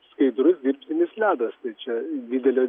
skaidrus dirbtinis ledas tai čia didelio